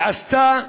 היא עשתה,